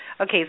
Okay